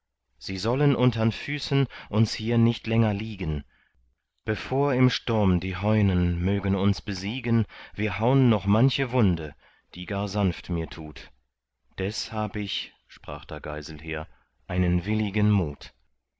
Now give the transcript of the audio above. sie sollen untern füßen uns hier nicht länger liegen bevor im sturm die heunen mögen uns besiegen wir haun noch manche wunde die gar sanft mir tut des hab ich sprach da geiselher einen willigen mut